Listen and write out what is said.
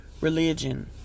religion